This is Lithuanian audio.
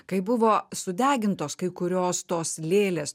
kai buvo sudegintos kai kurios tos lėlės